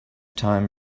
time